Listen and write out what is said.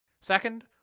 Second